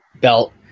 belt